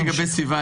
רק לגבי סביבה,